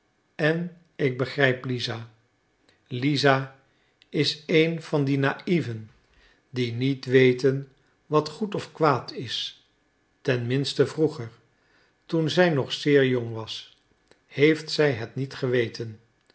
en ik begrijp lisa lisa is een van die naïven die niet weten wat goed of kwaad is ten minste vroeger toen zij nog zeer jong was heeft zij het niet geweten